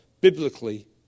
biblically